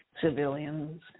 civilians